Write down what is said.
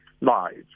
lives